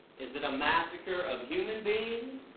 is it a massacre of human beings,